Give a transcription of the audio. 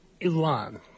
Iran